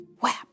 Whap